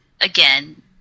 again